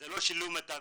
אז זה לא שילוב מיטבי.